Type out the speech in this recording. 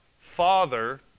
father